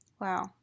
Wow